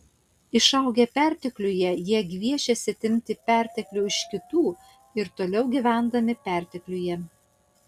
išaugę pertekliuje jie gviešėsi atimti perteklių iš kitų ir toliau gyvendami pertekliuje